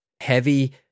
heavy